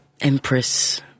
Empress